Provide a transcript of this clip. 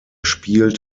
spielt